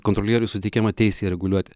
kontrolieriui suteikiama teisė reguliuoti